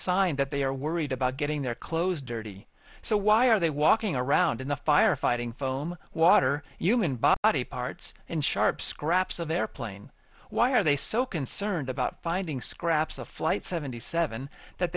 sign that they are worried about getting their clothes dirty so why are they walking around in the fire fighting foam water human body parts and sharp scraps of airplane why are they so concerned about finding scraps of flight seventy seven that